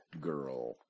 girl